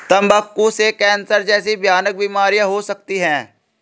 तंबाकू से कैंसर जैसी भयानक बीमारियां हो सकती है